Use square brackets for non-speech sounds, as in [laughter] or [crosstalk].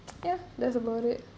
[noise] ya that's about it [noise] okay